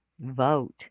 Vote